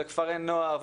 כפרי נוער,